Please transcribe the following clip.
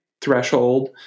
threshold